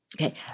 Okay